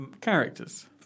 characters